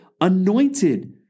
anointed